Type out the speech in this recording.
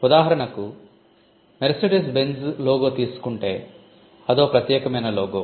ఉదాహరణకు Mercedes Benz logo తీసుకుంటే అదో ప్రత్యేకమైన లోగో